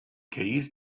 keys